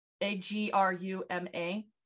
A-G-R-U-M-A